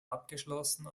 abgeschlossen